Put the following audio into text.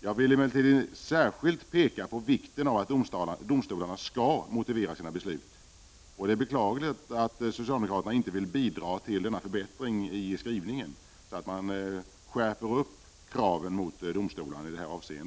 Jag vill emellertid särskilt peka på vikten av att domstolarna skall motivera sina beslut. Det är beklagligt att socialdemokraterna inte i utskottets skrivning vill bidra till denna förbättring, så att kraven på domstolarna skärps i detta avseende.